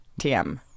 tm